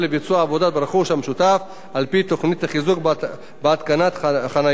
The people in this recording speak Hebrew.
ברכוש המשותף על-פי תוכנית החיזוק בהתקנת חניות כנדרש,